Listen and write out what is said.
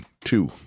two